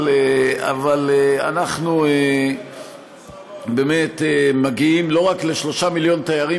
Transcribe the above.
אבל אנחנו באמת מגיעים לא רק ל-3 מיליון תיירים,